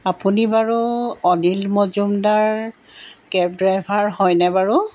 আপুনি বাৰু Anil Majumdar cab driver হয়নে বাৰু